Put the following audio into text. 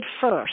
first